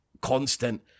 constant